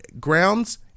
grounds